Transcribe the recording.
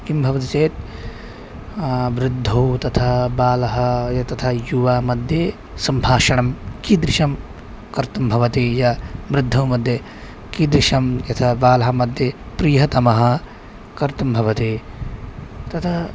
किं भवति चेत् वृद्धौ तथा बालः यथा तथा यूनां मध्ये सम्भाषणं कीदृशं कर्तुं भवति यः वृद्धौ मध्ये कीदृशं यथा बालानां मध्ये प्रियतमः कर्तुं भवति तथा